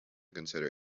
consider